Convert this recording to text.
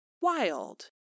wild